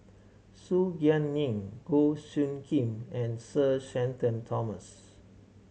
Su Guaning Goh Soo Khim and Sir Shenton Thomas